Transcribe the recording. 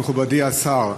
מכובדי השר,